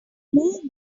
move